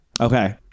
okay